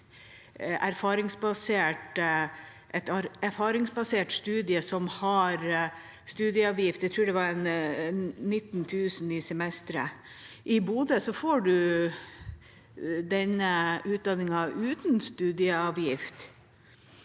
et erfaringsbasert studium som har studieavgift – jeg tror den er på 19 000 kr per semester. I Bodø får man denne utdanningen uten studieavgift.